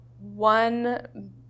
one